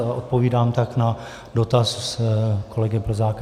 Odpovídám tak na dotaz kolegy Plzáka.